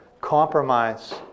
Compromise